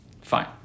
fine